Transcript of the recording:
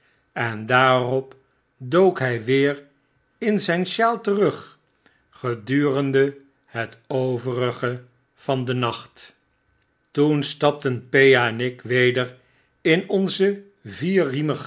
dacht endaarop dook hy weer in zijn sjaal terug gedurende het overige van den nacht toen stapten pea en ik weder in onze